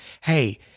Hey